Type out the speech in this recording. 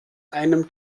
einem